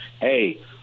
hey